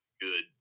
Good